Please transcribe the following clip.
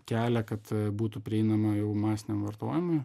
kelią kad būtų prieinama jau masiniam vartojimui